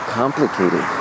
complicated